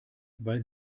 weil